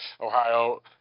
Ohio